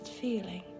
feeling